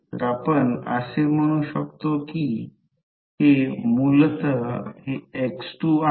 तर अंगठा तो खाली सरकत आहे म्हणजे ही फ्लक्स लाइन आहे